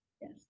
Yes